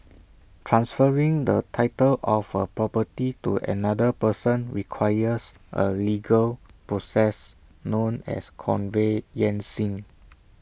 transferring the title of A property to another person requires A legal process known as conveyancing